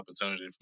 opportunity